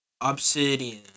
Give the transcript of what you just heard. obsidian